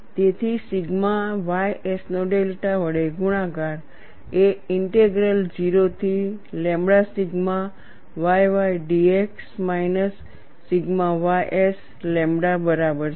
તેથી sigma ys નો delta વડે ગુણાકાર એ ઇન્ટેગ્રલ 0 થી lambda sigma yy dx minus sigma ys lambda બરાબર છે